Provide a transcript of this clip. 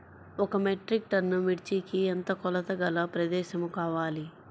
ఒక metric ton మిర్చికి ఎంత కొలతగల ప్రదేశము కావాలీ?